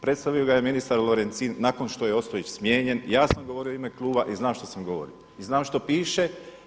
Predstavio ga je ministar Lorencin nakon što je Ostojić smijenjen, ja sam govorio u ime kluba i znam što sam govorio i znam što piše.